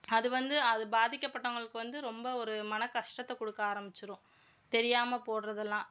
அது வந்து அது பாதிக்கப்பட்டவங்களுக்கு வந்து ரொம்ப ஒரு மன கஷ்டத்தை கொடுக்க ஆரம்மிச்சிரும் தெரியாமல் போடுறதெல்லாம்